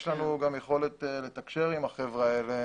יש לנו גם יכולת לתקשר עם החבר'ה האלה